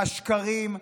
השקרים,